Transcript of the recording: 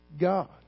God